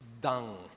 dung